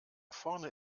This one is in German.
vorne